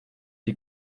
die